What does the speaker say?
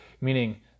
meaning